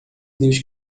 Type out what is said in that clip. deus